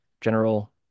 general